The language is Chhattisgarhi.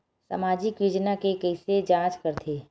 सामाजिक योजना के कइसे जांच करथे?